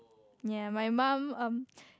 ya my mum um